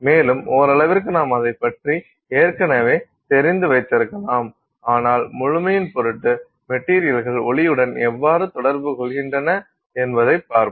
மேலும் ஓரளவிற்கு நாம் அதைப்பற்றி ஏற்கனவே தெரிந்து வைத்திருக்கலாம் ஆனால் முழுமையின் பொருட்டு மெட்டீரியல்கள் ஒளியுடன் எவ்வாறு தொடர்பு கொள்கின்றன என்பதைப்பார்ப்போம்